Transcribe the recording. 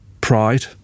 pride